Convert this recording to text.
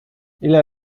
ile